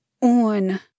on